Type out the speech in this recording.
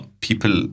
people